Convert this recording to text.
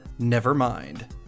Nevermind